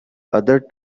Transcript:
other